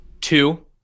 Two